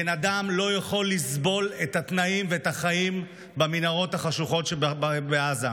בן אדם לא יכול לסבול את התנאים ואת החיים במנהרות החשוכות שבעזה.